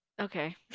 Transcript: Okay